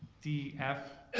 d f,